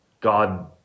God